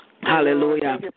Hallelujah